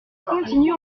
continues